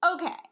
Okay